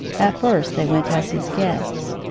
at first they went as his guests.